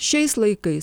šiais laikais